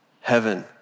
heaven